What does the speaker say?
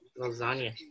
lasagna